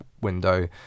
window